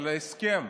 על ההסכם,